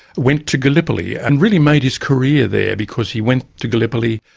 went to gallipoli and really made his career there because he went to gallipoli,